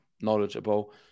knowledgeable